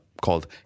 called